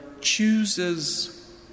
chooses